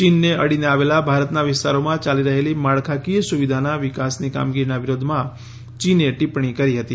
ચીનને અડીને આવેલા ભારતના વિસ્તારોમાં ચાલી રહેલી માળખાકીય સુવિધાના વિકાસની કામગીરીના વિરોધમાં ચીને ટિપ્પણી કરી હતી